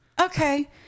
Okay